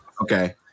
Okay